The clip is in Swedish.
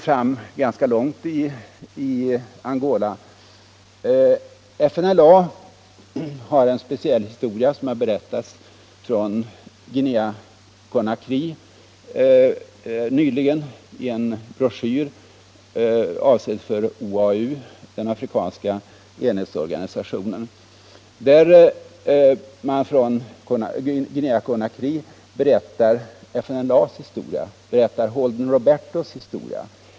FNLA har en speciell historia, som har berättats från Guinea-Conakry nyligen i en broschyr, avsedd för OAU, den afrikanska enhetsorganisationen. Där berättar man från Guinea-Conakry FNLA:s historia, Holden Robertos historia.